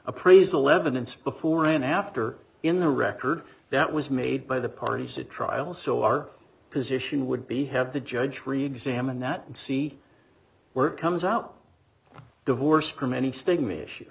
appraisal evidence before and after in the record that was made by the parties to trial so our position would be have the judge read examine that and see where it comes out divorced from any stigma issue